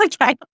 Okay